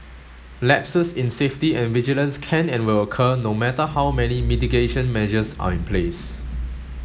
lapses in safety and vigilance can and will occur no matter how many mitigation measures are in place